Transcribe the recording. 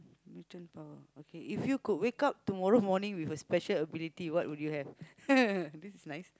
mutant power okay if you could wake up tomorrow with a special ability what would you have this is nice